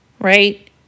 right